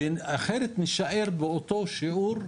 אחרת נישאר באותו שיעור,